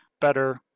better